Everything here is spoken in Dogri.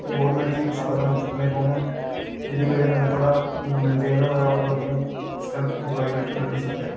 गोरमैंट गी कुछ कदम चुक्कने पौंङन जेह्दी बजह कन्नै थोह्ड़ा मैंटेन होऐ ते लोकें गी सैल्फ इम्पलायमैंट लब्भी सकै